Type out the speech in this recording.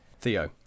Theo